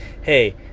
hey